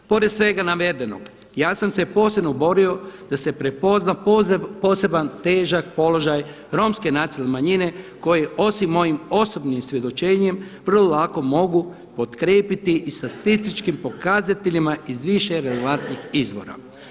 Pored svega navedenog, ja sam se posebno borio da se prepozna poseban težak položaj romske nacionalne manjine koji osim mojim osobnim svjedočenjem vrlo lako mogu potkrijepiti i statističkim pokazateljima iz više relevantnih izvora.